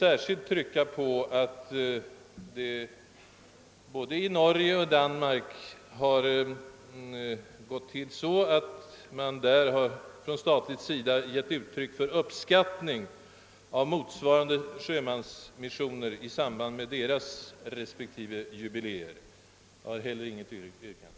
Särskilt vill jag framhålla att både Norges och Danmarks regeringar genom statliga anslag givit uttryck för uppskattning av motsvarande sjömansmissioner i samband med deras respektive 100 årsjubileer. Herr talman, inte heller jag har något yrkande.